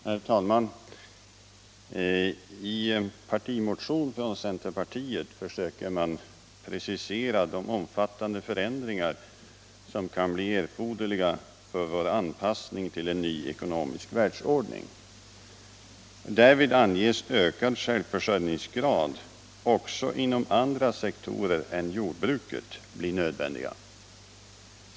Herr talman! I en partimotion från centerpartiet försöker man precisera de omfattande förändringar som kan bli erforderliga för vår anpassning till en ny ekonomisk världsordning. Därvid anges att en ökad självförsörjningsgrad blir nödvändig också inom andra sektorer än inom jordbruket.